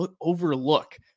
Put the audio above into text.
overlook